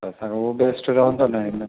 त असांखे इहो बेस्ट रहंदो न हीअ त